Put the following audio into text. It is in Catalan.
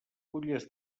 fulles